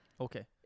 Okay